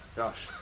gosh.